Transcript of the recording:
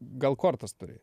gal kortas turi